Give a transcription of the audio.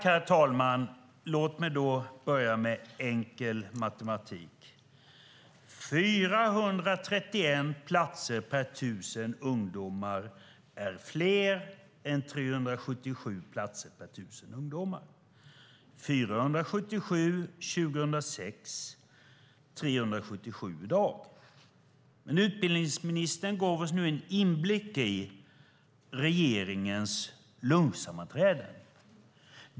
Herr talman! Låt mig börja med enkel matematik. 431 platser per 1 000 ungdomar är fler än 377 platser per 1 000 ungdomar. Det var 431 år 2006 och 377 i dag. Utbildningsministern gav oss nu en inblick i regeringens lunchsammanträden.